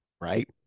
Right